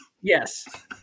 Yes